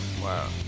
wow